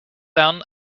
down